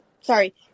sorry